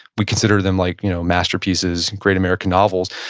we consider them like you know masterpieces, and great american novels.